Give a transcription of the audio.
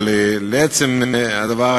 אבל לעצם הדבר,